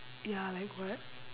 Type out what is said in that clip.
ya like what